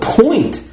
point